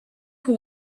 who